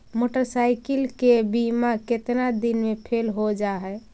Motorcycle के बिमा केतना दिन मे फेल हो जा है?